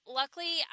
luckily